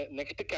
Next